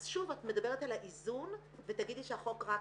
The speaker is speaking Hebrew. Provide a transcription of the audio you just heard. אז שוב, את מדברת על האיזון ותגידי שהחוק רק